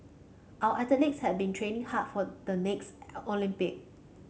our athletes have been training hard for the next Olympic